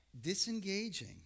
disengaging